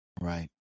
Right